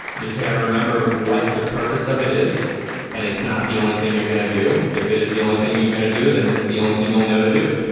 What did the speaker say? you just got to remember what the purpose of it is and it's not the only thing you're gonna do if it is the only thing you're gonna do then it's the only thing you'll know to do